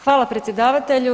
Hvala predsjedavatelju.